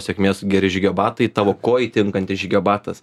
sėkmės geri žygio batai tavo kojai tinkantis žygio batas